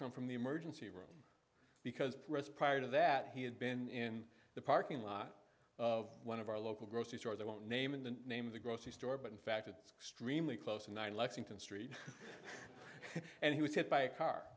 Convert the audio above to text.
come from the emergency room because prior to that he had been in the parking lot of one of our local grocery stores i won't name in the name of the grocery store but in fact it's extremely close in nine lexington street and he was hit by a car